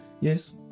Yes